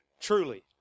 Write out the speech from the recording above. Truly